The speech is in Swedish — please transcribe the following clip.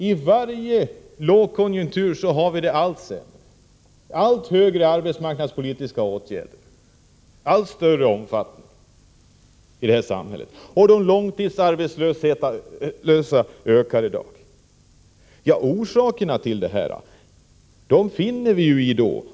I varje långkonjunktur får vi det allt sämre, de arbetsmarknadspolitiska åtgärderna får allt större omfattning i det här samhället, och i dag ökar antalet långtidsarbetslösa.